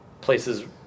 places